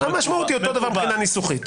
המשמעות היא אותו דבר מבחינה ניסוחית.